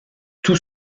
tout